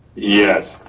yes,